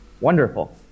wonderful